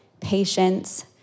patience